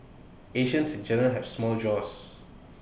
Asians in general have small jaws